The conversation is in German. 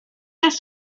das